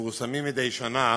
מפורסמים מדי שנה